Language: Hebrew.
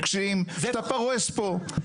בגלל שיש פה שאלה מהותית על ענייני יסוד,